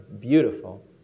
beautiful